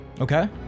Okay